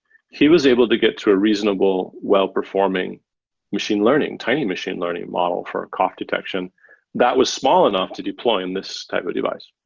he was able to get a reasonable well-performing machine learning, tiny machine learning model for cough detection that was small enough to deploy in this type of device.